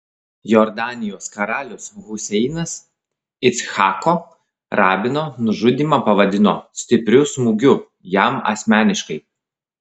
jordanijos karalius huseinas icchako rabino nužudymą pavadino stipriu smūgiu jam asmeniškai